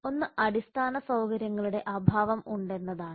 ഒന്ന് അടിസ്ഥാന സൌകര്യങ്ങളുടെ അഭാവം ഉണ്ടെന്നതാണ്